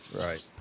Right